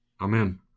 Amen